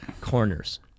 corners